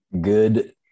Good